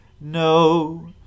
No